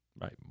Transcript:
Right